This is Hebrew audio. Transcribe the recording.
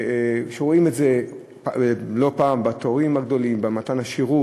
רואים את זה לא פעם בתורים הגדולים, במתן השירות.